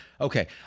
Okay